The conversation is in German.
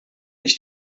ich